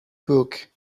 book